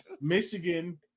Michigan